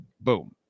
Boom